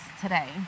today